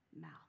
mouth